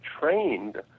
trained